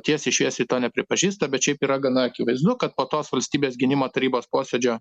tiesiai šviesiai to nepripažįsta bet šiaip yra gana akivaizdu kad po tos valstybės gynimo tarybos posėdžio